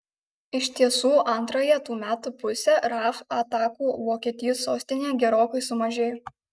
iš tiesų antrąją tų metų pusę raf atakų vokietijos sostinėje gerokai sumažėjo